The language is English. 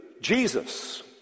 Jesus